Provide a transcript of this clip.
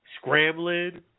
scrambling